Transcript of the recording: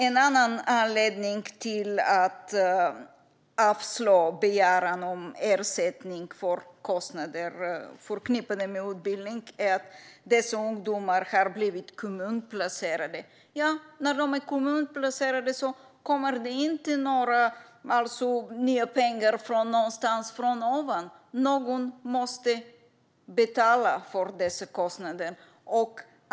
En annan anledning till att begäran om ersättning för kostnader förknippade med utbildning avslås är att dessa ungdomar har blivit kommunplacerade. När de är kommunplacerade kommer det inte några nya pengar från ovan. Någon måste betala dessa kostnader.